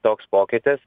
toks pokytis